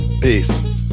Peace